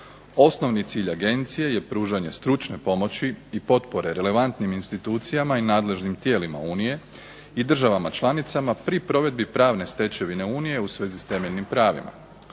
Osnovni cilj Agencije je pružanje stručne pomoći i potpore relevantnim institucijama i nadležnim tijelima Unije i državama članicama pri provedbi pravne stečevine Unije u svezi s temeljnim pravima.